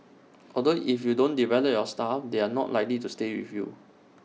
although if you don't develop your staff they are not likely to stay with you